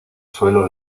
suelo